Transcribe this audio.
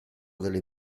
delle